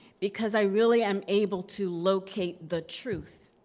because i really am able to locate the truth,